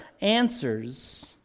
answers